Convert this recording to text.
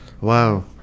Wow